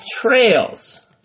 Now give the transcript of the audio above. trails